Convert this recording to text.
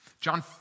John